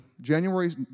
January